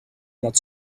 not